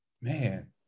Man